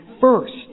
first